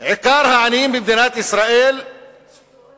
עיקר העניים במדינת ישראל הם